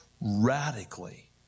radically